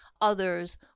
others